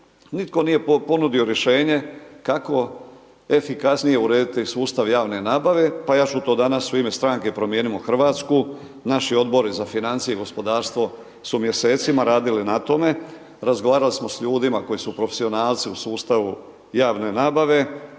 itko nije ponudio rješenje, kako efikasnije urediti sustav javne nabave, pa ja ću to danas u ime stranke Promijenimo Hrvatsku, naš odbor za financije i gospodarstvo su mjesecima radile na tome. Razgovarali smo s ljudima koji su profesionalci u sustavu javne nabave,